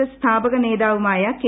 എസ്റ് സ്ഥാപക നേതാവുമായ കെ